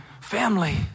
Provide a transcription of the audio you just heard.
family